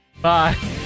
Bye